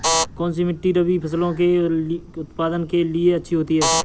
कौनसी मिट्टी रबी फसलों के उत्पादन के लिए अच्छी होती है?